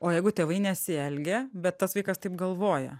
o jeigu tėvai nesielgia bet tas vaikas taip galvoja